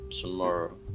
tomorrow